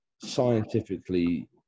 Scientifically